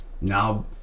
now